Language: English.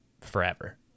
forever